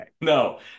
No